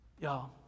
Y'all